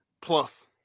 plus